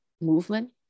movement